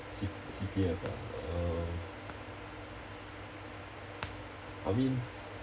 C C_P_F ah uh I mean